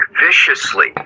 viciously